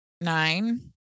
nine